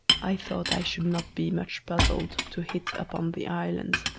i thought i should not be much puzzled to hit upon the islands.